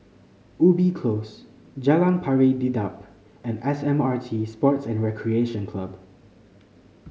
Ubi Close Jalan Pari Dedap and S M R T Sports and Recreation Club